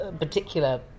particular